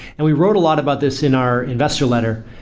and we wrote a lot about this in our investor letter,